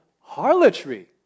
harlotry